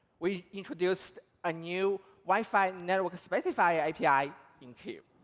we introduced a new wi-fi networkspecifier api in q.